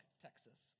Texas